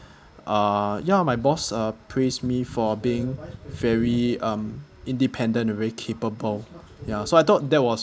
uh ya my boss uh praise me for being very um independent and very capable ya so I thought that was